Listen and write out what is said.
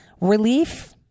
relief